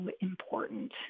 important